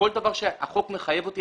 כל דבר שהחוק מחייב אותי,